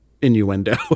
innuendo